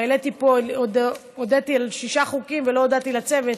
הודיתי בשישה חוקים ולא הודיתי לצוות,